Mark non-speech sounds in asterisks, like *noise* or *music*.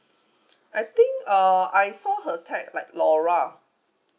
*breath* I think uh I saw her tag like laura